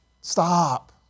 Stop